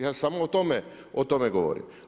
Ja samo o tome govorim.